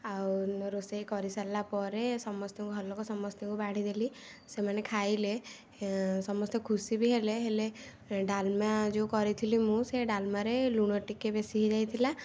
ଆଉ ମୁଁ ରୋଷେଇ କରି ସାରିଲା ପରେ ସମସ୍ତଙ୍କୁ ଘରଲୋକ ସମସ୍ତଙ୍କୁ ବାଢ଼ି ଦେଲି ସେମାନେ ଖାଇଲେ ସମସ୍ତେ ଖୁସି ବି ହେଲେ ହେଲେ ଡାଲମା ଯେଉଁ କରିଥିଲି ମୁଁ ସେ ଡାଲମାରେ ଲୁଣ ଟିକେ ବେଶୀ ହେଇଯାଇଥିଲା